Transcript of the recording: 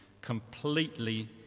completely